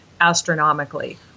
astronomically